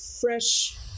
fresh